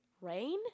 Rain